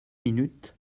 minutes